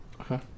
Okay